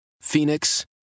Phoenix